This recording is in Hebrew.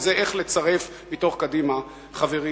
וזה איך לצרף מקדימה חברים